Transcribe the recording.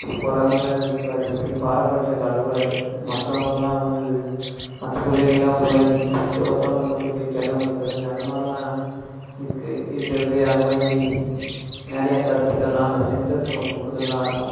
எப்படி பொறாமையாக இருக்கக் கூடாது இப்படி பாரபட்சம் காட்டக்கூடாது மற்றவங்கலாம் வந்து மற்ற பிள்ளைங்கள்லாம் ஒரு மாதிரி ட்ரீட் பண்ணிட்டு ஒருத்தவங்களுக்கு மட்டும் இப்படி செல்லம் கொடுக்கறது அதை மாதிரிலாம் இருக்கு இருக்கிறது அந்த மாதிரி நிறையா கருத்துக்கள்லாம் அந்த ஜென் தத்துவம் புக்லல்லாம் இருக்கும்